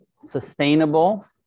sustainable